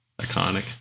Iconic